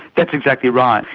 that's exactly right.